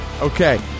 Okay